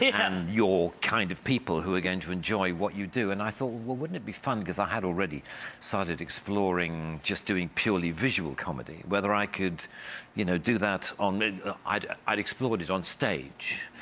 yeah and your kind of people who are going to enjoy what you do. and i thought, well wouldn't it be fun, cause i had already started exploring just doing purely visual comedy. whether i could you know do that, um ah i'd i'd explored it on-stage.